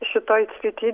šitoj srity